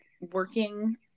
working